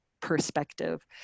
perspective